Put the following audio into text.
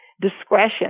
Discretion